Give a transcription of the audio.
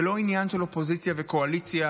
זה לא עניין של אופוזיציה וקואליציה,